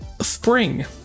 spring